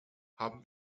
haben